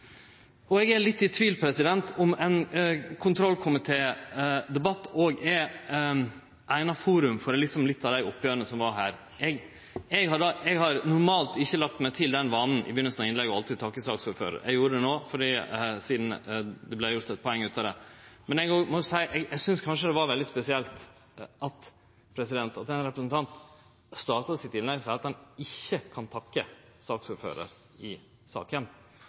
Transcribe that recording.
andre. Eg er litt i tvil òg om ein kontrollkomitédebatt er eit eigna forum for nokre av dei oppgjera som var her. Eg har normalt ikkje lagt meg til den vanen å alltid takke saksordføraren i byrjinga av innlegga mine. Eg gjorde det no sidan det vart gjort eit poeng ut av det. Men eg òg må seie at eg synest det var veldig spesielt at ein representant starta sitt innlegg med å seie at han ikkje kunne takke saksordføraren i saka